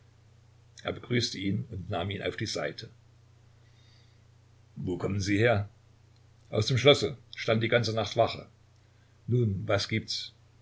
er begrüßte ihn und nahm ihn auf die seite wo kommen sie her aus dem schlosse stand die ganze nacht wache nun was gibt's